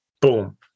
Boom